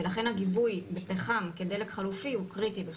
ולכן הגיבוי בפחם כדלק חלופי הוא קריטי בחירום.